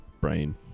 brain